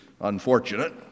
unfortunate